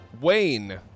Wayne